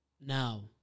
now